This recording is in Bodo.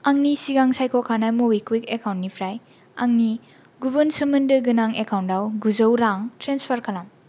आंनि सिगां सायख'खानाय मबिक्वुइक एकाउन्टनिफ्राय आंनि गुबुन सोमोन्दो गोनां एकाउन्टाव गुजौ रां ट्रेन्सफार खालाम